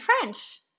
French